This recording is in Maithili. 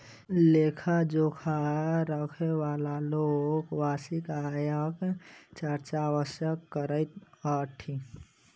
लेखा जोखा राखयबाला लोक वार्षिक आयक चर्चा अवश्य करैत छथि